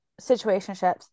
situationships